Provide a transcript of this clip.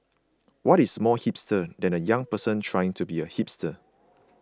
what is more hipster than a young person trying to be a hipster